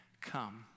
come